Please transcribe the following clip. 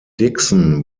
dixon